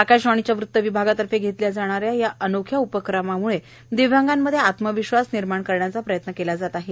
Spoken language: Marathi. आकाशवाणीच्या वृत विभागातर्फे घेतल्या जाणाऱ्या या अनोख्या उपक्रमामुळे दिव्यांगामध्ये आत्मविश्वास निर्माण करण्याचा प्रयत्न केला जात आहे